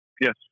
Yes